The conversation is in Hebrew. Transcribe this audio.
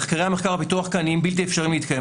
מחקרי המחקר והפיתוח הם בלתי אפשריים להתקיים.